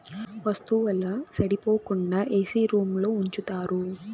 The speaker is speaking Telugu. వత్తువుల సెడిపోకుండా ఏసీ రూంలో ఉంచుతారు